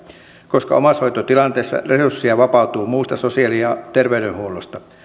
koska omaishoitotilanteessa resursseja vapautuu muusta sosiaali ja tervey denhuollosta